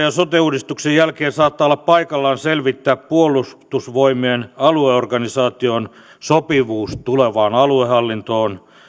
ja sote uudistuksen jälkeen saattaa olla paikallaan selvittää puolustusvoimien alueorganisaation sopivuus tulevaan aluehallintoon